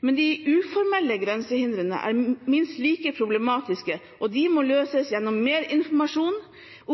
Men de uformelle grensehindrene er minst like problematiske, og de må løses gjennom mer informasjon,